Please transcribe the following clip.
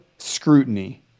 scrutiny